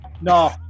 No